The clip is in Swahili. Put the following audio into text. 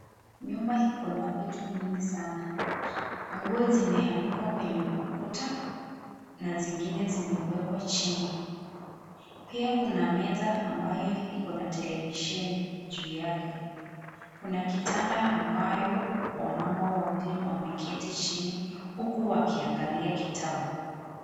Nyumba iko na vitu mingi sana nguo zimeanikwa kwenye ukuta na zingine zimewekwa chini ,pia kuna meza ambayo iko na televisheni juu yake. Kuna kitanda ambayo wamama wawili wameketi chini huku wakiangalia kitabu.